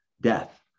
death